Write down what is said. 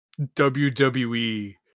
WWE